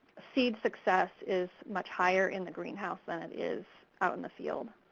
seed success is much higher in the greenhouse than it is out in the field.